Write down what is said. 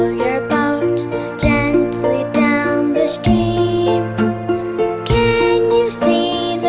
your boat gently down the stream can you see